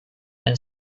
and